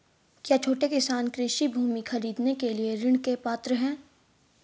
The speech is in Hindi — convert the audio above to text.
क्या छोटे किसान कृषि भूमि खरीदने के लिए ऋण के पात्र हैं?